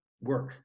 work